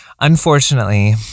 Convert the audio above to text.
unfortunately